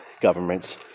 governments